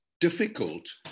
difficult